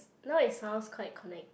now his house quite connected